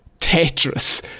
Tetris